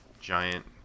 Giant